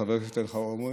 חבר הכנסת אלחרומי,